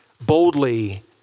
Boldly